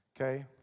okay